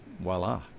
voila